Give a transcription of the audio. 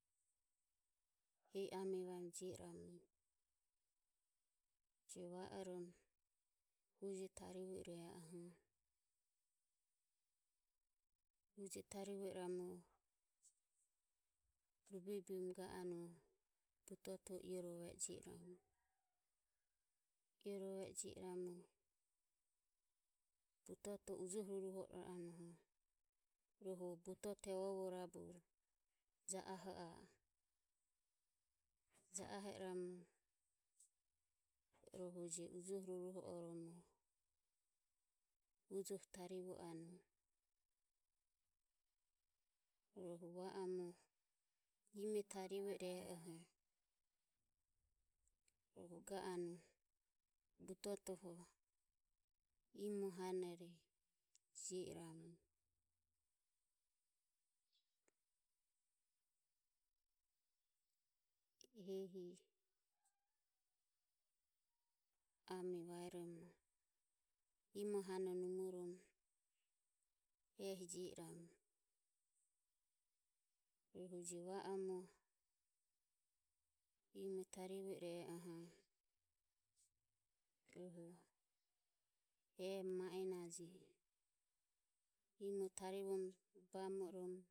Hehi ame vairomo jio iramu je va o romo uje tarivo i re anue uje tarivo iramu rubebim ga anue butoto ioro ve e jio iramu. io rove e jio iramu butoto ujoho ruruho anue o butote ovo rabu ja ahoa. ja aho iramu rohu je ujoho ruruho oromo tarivo anue. Rohu va omo ime tarivo ire oho ga anue butotoho imo hanore jio iramu hehi ame vai romo imo hane nomo romo ehi jio iramu rohu je va omo imo tarivo i reoho rohu e maenaje, imo tarivom ro bamorom.